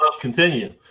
Continue